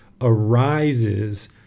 arises